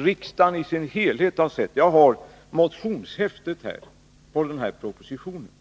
riksdagen i sin helhet har sett på förslagen! Jag har i min hand häftet av motioner som väckts med anledning av propositionen.